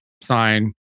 sign